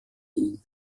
ihn